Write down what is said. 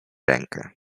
rękę